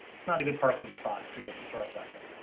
it's not a good parking spot for your historic vessel.